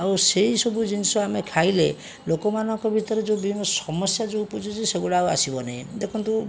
ଆଉ ସେହିସବୁ ଜିନିଷ ଆମେ ଖାଇଲେ ଲୋକମାନଙ୍କ ଭିତରେ ଯେଉଁ ବିଭିନ୍ନ ସମସ୍ୟା ଉପୁଜୁଛି ସେଗୁଡ଼ା ଆଉ ଆସିବ ନାହିଁ